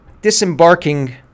disembarking